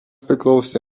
priklausė